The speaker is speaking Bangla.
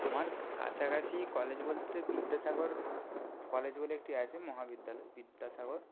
আমার কাছাকাছি কলেজ বলতে বিদ্যাসাগর কলেজ বলে একটি আছে মহাবিদ্যালয় বিদ্যাসাগর